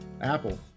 Apple